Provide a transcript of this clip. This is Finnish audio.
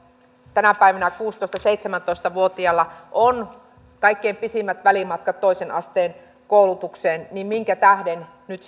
tänä päivänä kuusitoista viiva seitsemäntoista vuotiailla on kaikkein pisimmät välimatkat toisen asteen koulutukseen ja nyt